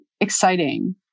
exciting